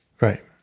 right